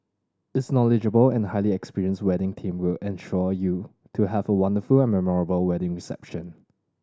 its knowledgeable and highly experienced wedding team will ensure you to have a wonderful and memorable wedding reception